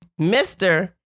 Mr